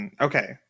Okay